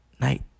night